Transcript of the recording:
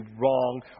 wrong